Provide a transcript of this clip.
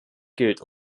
gilt